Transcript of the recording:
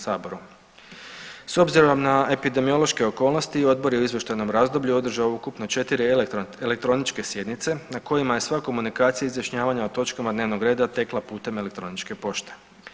S obzirom na epidemiološke okolnosti odbor je u izvještajnom razdoblju održao ukupno 4 elektroničke sjednice na kojima je sva komunikacija izjašnjavanja o točkama dnevnog reda tekla putem elektroničke pošte.